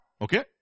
Okay